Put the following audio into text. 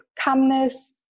calmness